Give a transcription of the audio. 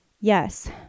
Yes